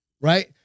right